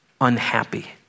unhappy